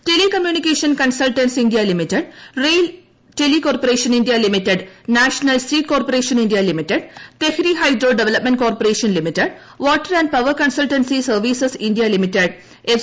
telecommunication consultants India limited rail tele corporation India limited national seed corporation India limited Tehri hydro development corporation limited water and power consultancy services India limited F